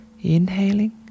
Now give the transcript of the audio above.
inhaling